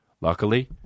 luckily